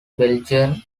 belgium